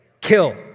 Kill